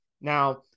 Now